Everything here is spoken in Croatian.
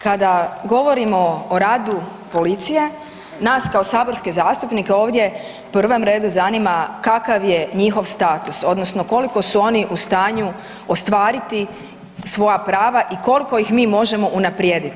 Kada govorimo o radu policije, nas kao saborske zastupnike ovdje u prvom redu zanima kakav je njihov status odnosno koliko su oni u stanju ostvariti svoja prava i koliko ih mi možemo unaprijediti.